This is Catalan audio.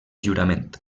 jurament